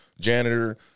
janitor